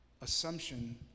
assumption